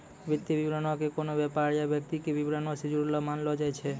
वित्तीय विवरणो के कोनो व्यापार या व्यक्ति के विबरण से जुड़लो मानलो जाय छै